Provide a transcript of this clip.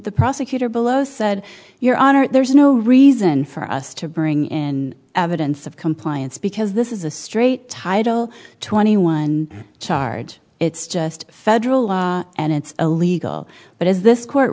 the prosecutor below said your honor there's no reason for us to bring in evidence of compliance because this is a straight title twenty one charge it's just federal law and it's illegal but as this court